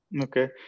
Okay